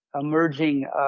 emerging